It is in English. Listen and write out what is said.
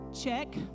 check